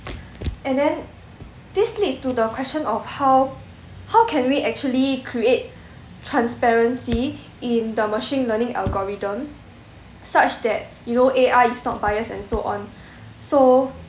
and then this leads to the question of how how can we actually create transparency in the machine learning algorithm such that you know A_I is not biased and so on so